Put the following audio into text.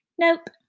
Nope